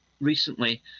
recently